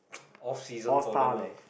off season for them ah